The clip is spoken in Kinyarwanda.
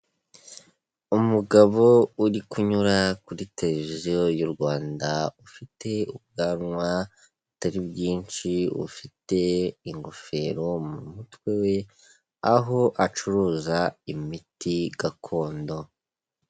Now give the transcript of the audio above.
Umugabo uri kunyura kuri televiziyo y'u Rwanda, ufite ubwanwa butari bwishi, ufite ingofero mu mutwe we, aho acuruza imiti gakondo.